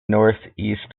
northeast